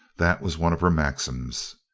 that was one of her maxims.